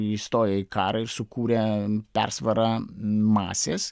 įstojo į karą ir sukūrė persvarą masės